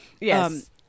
Yes